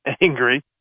angry